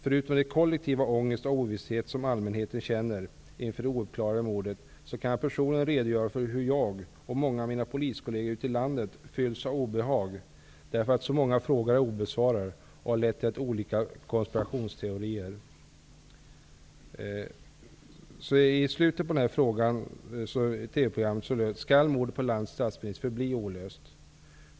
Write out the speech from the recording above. Förutom den kollektiva ångest och ovisshet som allmänheten känner inför det ouppklarade mordet, kan jag personligen redogöra för hur jag och många av mina poliskollegor ute i landet fylls av obehag därför att så många frågor är obesvarade och har lett till olika konspirationsteorier. I slutet av TV-programmet ställdes frågan: Skall mordet på landets statsminister förbli olöst?